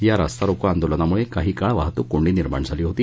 या रास्तारोको आंदोलनामुळे काही काळ वाहतूक कोंडी निर्माण झाली होती